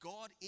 God